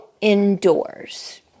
indoors